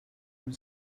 amb